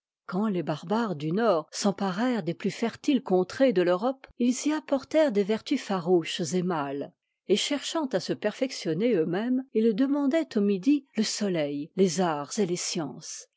quand les barbares du nord s'emparèrent des plus fertiles contrées de l'europe ils y apportèrent des vertus farouches et mâles et cherchant à se perfectionner eux-mêmes ils demandaient au midi le soleil les arts et les sciences